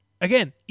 again